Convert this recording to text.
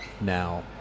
now